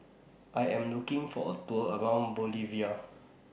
I Am looking For A Tour around Bolivia